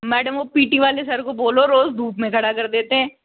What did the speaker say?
madam वो P T वाले sir को बोलो रोज धूप में खड़ा कर देते हैं